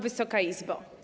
Wysoka Izbo!